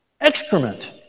excrement